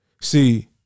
See